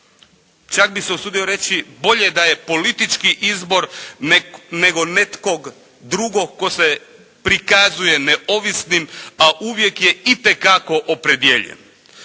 Čak bi se usudio reći bolje da je politički izbor nego netko drugo tko se prikazuje neovisnim a uvijek je itekako opredijeljen.